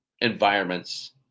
environments